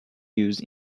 used